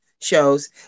shows